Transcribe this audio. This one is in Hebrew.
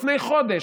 לפני חודש,